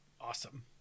Awesome